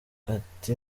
ati